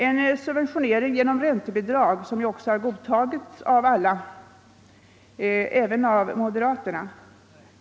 En subventionering genom räntebidrag har också godtagits av alla partier — även av moderaterna.